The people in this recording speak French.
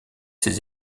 ses